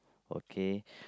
okay